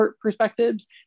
perspectives